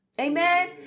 Amen